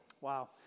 Wow